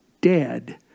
dead